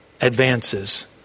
advances